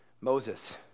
Moses